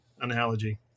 analogy